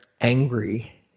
angry